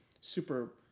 super